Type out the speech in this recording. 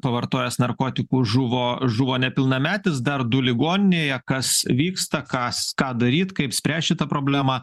pavartojęs narkotikų žuvo žuvo nepilnametis dar du ligoninėje kas vyksta kas ką daryt kaip spręst šitą problemą